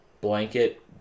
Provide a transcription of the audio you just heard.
blanket